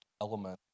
element